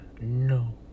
No